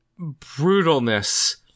brutalness